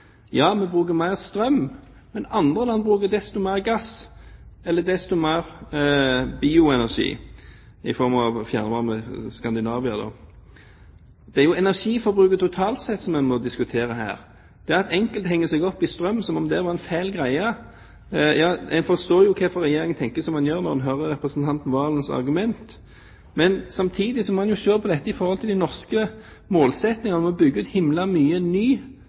Ja, vi bruker mer strøm, men andre land bruker desto mer gass, eller desto mer bioenergi – i Skandinavia i form av fjernvarme. Det er energiforbruket totalt sett vi må diskutere her. Enkelte henger seg opp i strøm som om det var en fæl greie – en forstår jo hvorfor Regjeringen tenker som de gjør når en hører representanten Serigstad Valens argument. Men en må jo samtidig se på dette i forhold til de norske målsettingene om å bygge ut himla mye ny